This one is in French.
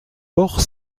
port